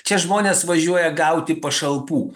čia žmonės važiuoja gauti pašalpų